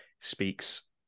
speaks